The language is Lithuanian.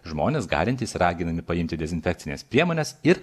žmonės galintys raginami paimti dezinfekcines priemones ir